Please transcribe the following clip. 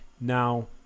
now